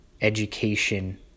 education